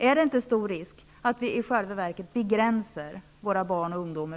Är det inte stor risk för att vi på det sättet i själva verket begränsar våra barn och ungdomar?